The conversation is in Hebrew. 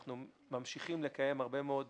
אנחנו ממשיכים לקיים הרבה מאוד